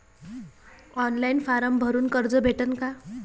Online form भरून कर्ज भेटन का?